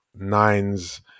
Nines